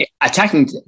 attacking